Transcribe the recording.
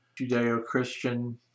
Judeo-Christian